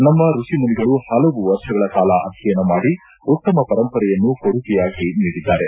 ನಮ್ಮ ಋಷಿಮುನಿಗಳು ಪಲವು ವರ್ಷಗಳ ಕಾಲ ಅಧ್ಯಯನ ಮಾಡಿ ಉತ್ತಮ ಪರಂಪರೆಯನ್ನು ಕೊಡುಗೆಯಾಗಿ ನೀಡಿದ್ದಾರೆ